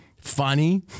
funny